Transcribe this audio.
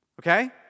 okay